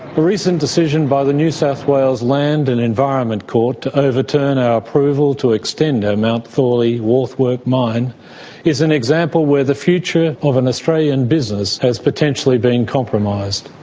the recent decision by the new south wales land and environment court to overturn our approval to extend our mount thorley warthwork mine is an example where the future of an australian business has potentially been compromised.